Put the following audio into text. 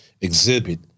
Exhibit